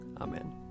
Amen